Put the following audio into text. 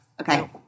Okay